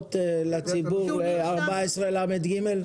הערות לסעיף 14לג?